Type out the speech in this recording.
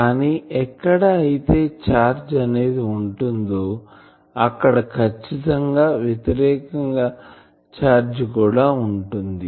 కానీ ఎక్కడ అయితే ఛార్జ్ అనేది ఉంటుందో అక్కడ కచ్చితంగా వ్యతిరేక ఛార్జ్ కూడా ఉంటుంది